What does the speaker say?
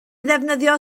ddefnyddio